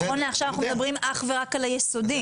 נכון לעכשיו אנחנו מדברים אך ורק על בתי הספר היסודיים.